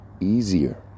easier